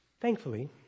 Thankfully